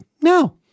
no